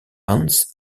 hans